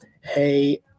Hey